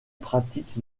pratique